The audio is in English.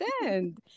understand